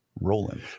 Rolling